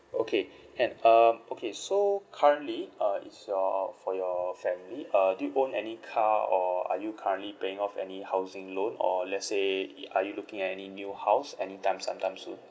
okay and um okay so currently uh is your for your family uh do you own any car or are you currently paying off any housing loan or let's say i~ are you looking at any new house anytime sometime soon